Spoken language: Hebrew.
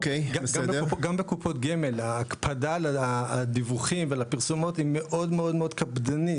גם בקופות הגמל ההקפדה על הדיווחים ועל הפרסומות היא מאוד מאוד קפדנית.